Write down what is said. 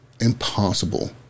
impossible